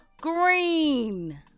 green